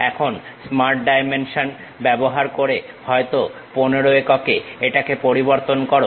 এখন smart dimension ব্যবহার করে হয়তো 15 এককে এটাকে পরিবর্তন করো